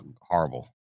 horrible